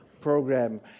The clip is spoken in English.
program